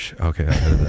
okay